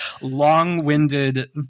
long-winded